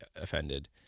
offended